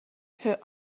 her